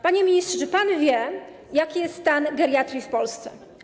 Panie ministrze, czy pan wie, jaki jest stan geriatrii w Polsce?